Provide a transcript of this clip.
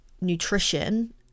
nutrition